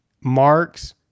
Mark's